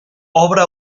obra